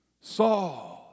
Saul